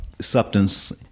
substance